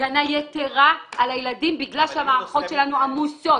הגנה יתרה על הילדים בגלל שהמערכות שלנו עמוסות,